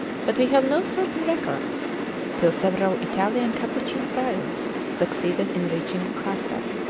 but we have no certain records till several italian capuchin friars succeeded in reaching lhasa.